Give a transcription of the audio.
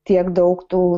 tiek daug tų